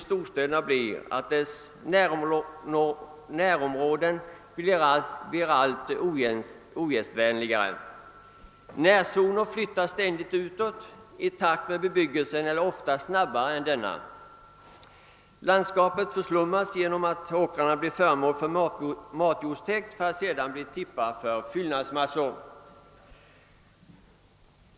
städerna blir att deras närområden blir allt ogästvänligare. Närzonen flyttas ständigt utåt i takt med bebyggelsen, eller oftast snabbare än denna. Landskapet förslummas genom att åkrarna blir föremål för matjordstäkt för att sedan tippas med fyllnadsmassor.